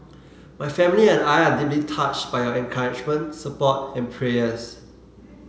my family and I are deeply touched by your encouragement support and prayers